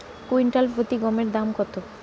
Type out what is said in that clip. Quintal প্রতি গমের দাম কত?